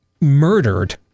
murdered